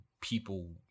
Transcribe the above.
people